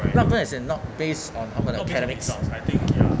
log burn as in not based on 他们 academics